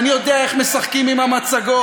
אני יודע איך משחקים עם המצגות,